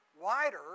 wider